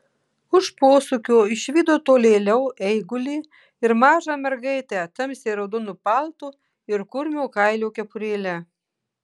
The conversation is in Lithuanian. už posūkio išvydo tolėliau eigulį ir mažą mergaitę tamsiai raudonu paltu ir kurmio kailio kepurėle